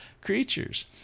creatures